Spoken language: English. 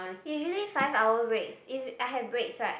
usually five hour breaks if I have breaks right